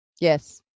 Yes